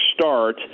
start